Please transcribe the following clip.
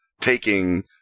taking